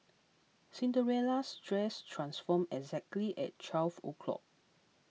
Cinderella's dress transformed exactly at twelve o' clock